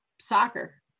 soccer